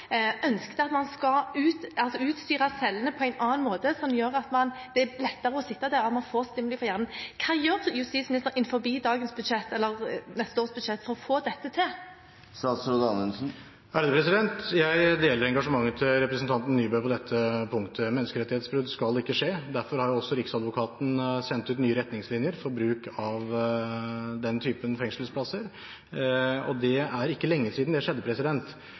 at man skal utstyre cellene på en annen måte, som gjør at det er lettere å sitte der, og at man får stimuli til hjernen. Hva vil justisministeren gjøre med neste års budsjett for å få dette til? Jeg deler engasjementet til representanten Nybø på dette punktet. Menneskerettighetsbrudd skal ikke skje. Derfor har Riksadvokaten sendt ut nye retningslinjer for bruk av den typen fengselsplasser. Det er ikke lenge siden det skjedde.